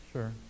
Sure